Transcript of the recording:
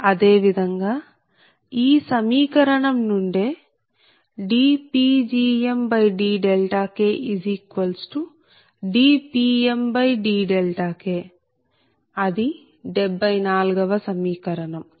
అదే విధంగా ఈ సమీకరణం నుండే dPgmdKdPmdK అది 74 వ సమీకరణం